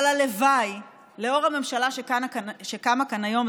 אבל לנוכח הממשלה שקמה כאן היום,